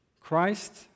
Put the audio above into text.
Christ